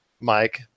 Mike